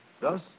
Thus